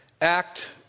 act